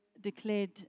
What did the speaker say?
declared